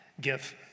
Give